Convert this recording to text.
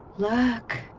look,